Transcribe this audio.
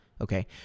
Okay